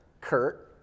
Kurt